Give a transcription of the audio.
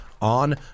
on